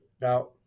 now